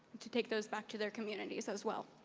to take those back to their communities as well.